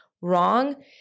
wrong